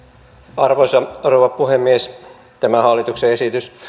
arvoisa rouva puhemies tämä hallituksen esitys